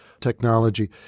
technology